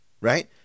right